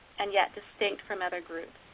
and yet distinct from other groups.